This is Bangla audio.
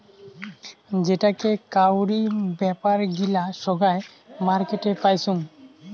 যেটাকা কাউরি বেপার গিলা সোগায় মার্কেটে পাইচুঙ